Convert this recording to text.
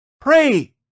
pray